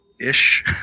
ish